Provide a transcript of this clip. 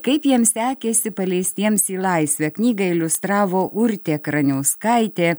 kaip jiems sekėsi paleistiems į laisvę knygą iliustravo urtė kraniauskaitė